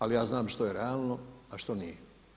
Ali ja znam što je realno, a što nije.